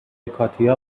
کاتیا